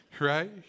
right